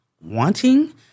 wanting